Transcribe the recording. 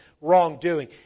wrongdoing